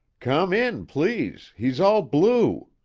come in, please! he's all blue.